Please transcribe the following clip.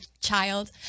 child